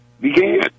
began